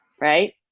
right